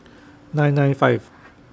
nine nine five